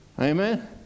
Amen